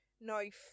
Knife